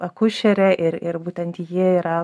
akušerė ir ir būtent ji yra